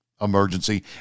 emergency